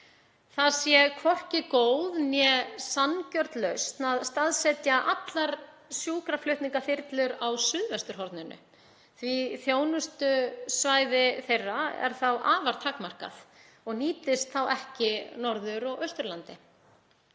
Það sé hvorki góð né sanngjörn lausn að staðsetja allar sjúkraflutningaþyrlur á suðvesturhorninu því þjónustusvæði þeirra er þá afar takmarkað og nýtist ekki Norður- og Austurlandi.